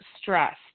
stressed